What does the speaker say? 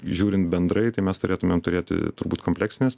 žiūrint bendrai tai mes turėtumėm turėti turbūt kompleksines